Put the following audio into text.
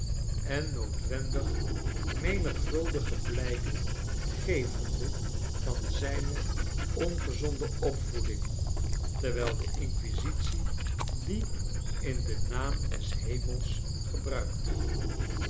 en noodwendig menigvuldige blijken gevende van zijne ongezonde opvoeding terwijl de inquisitie dien in den naam des hemels gebmikte